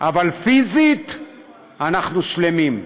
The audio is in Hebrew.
אבל פיזית אנחנו שלמים.